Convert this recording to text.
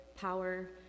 power